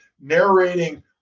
narrating